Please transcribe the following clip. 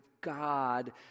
God